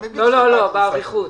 לא, לא, באריכות.